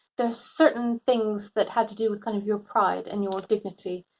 there are certain things that had to do with kind of your pride and your dignity,